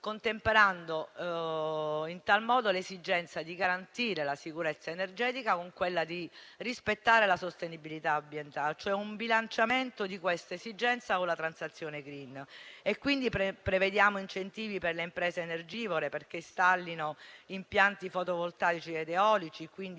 contemperando in tal modo l'esigenza di garantire la sicurezza energetica con quella di rispettare la sostenibilità ambientale, e cioè un bilanciamento di questa esigenza con la transizione *green*. Quindi, prevediamo incentivi per le imprese energivore perché installino impianti fotovoltaici ed eolici, quindi